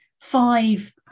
five